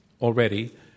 already